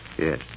Yes